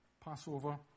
Passover